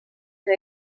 que